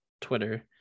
Twitter